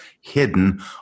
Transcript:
hidden